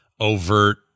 overt